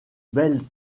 belles